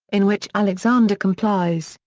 in which alexander complies,